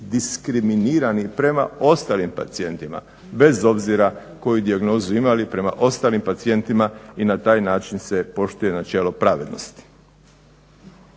diskriminirani prema ostalim pacijentima bez obzira koju dijagnozu imali prema ostalim pacijentima i na taj način se poštuje načelo pravednosti.